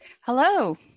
Hello